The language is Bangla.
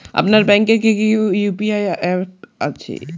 আপনার ব্যাংকের কি কি ইউ.পি.আই অ্যাপ আছে?